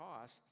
cost